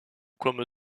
comme